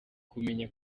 kumenya